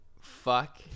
Fuck